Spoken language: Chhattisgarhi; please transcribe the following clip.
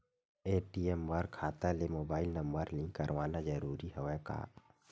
ए.टी.एम बर खाता ले मुबाइल नम्बर लिंक करवाना ज़रूरी हवय का?